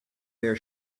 their